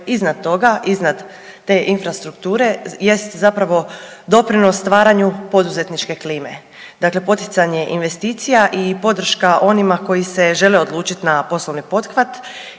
iznad toga, iznad te infrastrukture jest zapravo doprinos stvaranju poduzetničke klime, dakle poticanje investicija i podrška onima koji se žele odlučiti na poslovni pothvat.